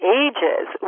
ages